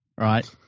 right